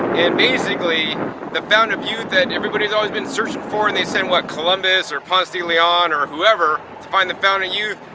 and basically the fountain of youth that everybody's always been searching for and they sent what columbus or ponstillion or whoever to find the fountain of youth.